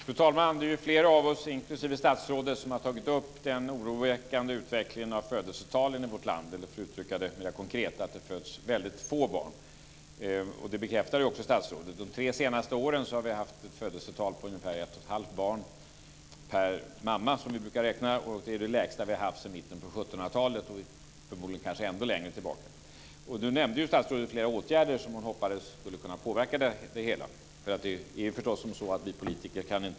Fru talman! Det är flera av oss, inklusive statsrådet, som har tagit upp den oroväckande utvecklingen av födelsetalen i vårt land. För att uttrycka det mer konkret föds det väldigt få barn, och det bekräftar också statsrådet. De tre senaste åren har vi haft ett födelsetal på ungefär 1 1⁄2 barn per mamma, som vi brukar räkna det. Det är det lägsta födelsetal som vi har haft sedan mitten på 1700-talet och förmodligen sedan ännu längre tillbaka.